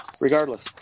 regardless